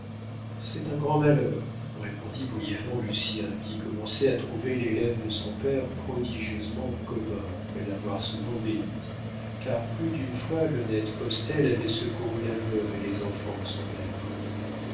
c'est un grand malheur répondit brièvement lucien qui commençait à trouver l'élève de son père prodigieusement commun après l'avoir souvent béni car plus d'une fois l'honnête postel avait secouru la veuve et les enfants de son maître